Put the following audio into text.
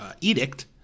edict